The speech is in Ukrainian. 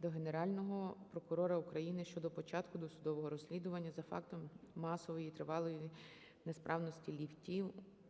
до Генерального прокурора України щодо початку досудового розслідування за фактом масової і тривалої несправності ліфтів